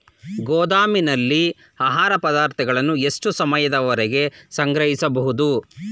ಗೋದಾಮಿನಲ್ಲಿ ಆಹಾರ ಪದಾರ್ಥಗಳನ್ನು ಎಷ್ಟು ಸಮಯದವರೆಗೆ ಸಂಗ್ರಹಿಸಬಹುದು?